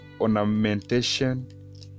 ornamentation